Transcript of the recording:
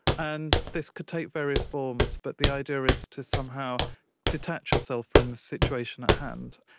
and this could take various forms but the idea is to somehow detach yourself from the situation at hand.